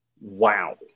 Wow